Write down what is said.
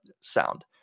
sound